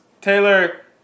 Taylor